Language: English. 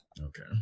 Okay